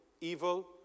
Evil